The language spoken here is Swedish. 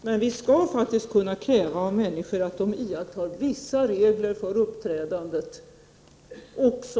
Men vi skall faktiskt kunna kräva att människorna iakttar vissa regler för uppträdandet också.